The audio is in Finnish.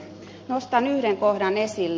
nostan yhden kohdan esille